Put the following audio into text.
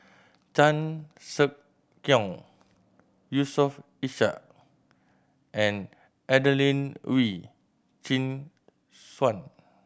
Chan Sek Keong Yusof Ishak and Adelene Wee Chin Suan